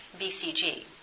BCG